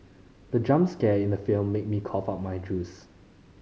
the jump scare in the film made me cough out my juice